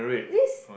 this